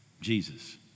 Jesus